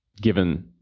given